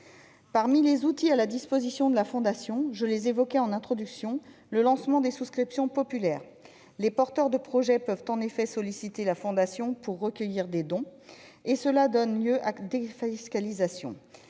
Parmi les outils à la disposition de la Fondation, que j'évoquais en introduction, il y a le lancement des souscriptions populaires. Les porteurs de projet peuvent en effet solliciter la Fondation pour recueillir des dons, ce qui donne lieu à défiscalisation,